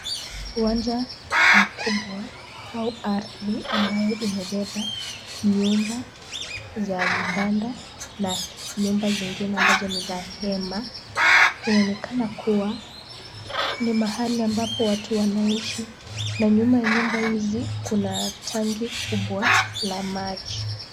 Uwanja mkubwa au ardhi ambayo imebeba nyumba za vibanda na nyumba zingine ambazo ni za hema. Inaonekana kuwa ni mahali ambapo watu wanaishi na nyuma ya nyumba hizi kuna tanki kubwa la maji.